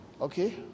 Okay